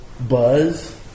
buzz